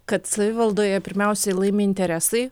kad savivaldoje pirmiausia laimi interesai